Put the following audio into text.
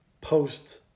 post